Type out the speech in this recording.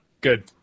Good